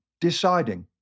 deciding